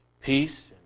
peace